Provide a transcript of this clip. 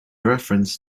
reference